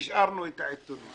והשארנו את העיתונים.